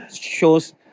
shows